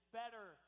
better